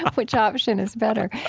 which option is better?